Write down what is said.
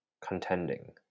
contending